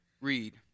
read